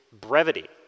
brevity